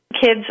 kids